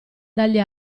dagli